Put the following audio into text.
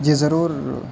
جی ضرور